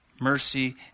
mercy